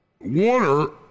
Water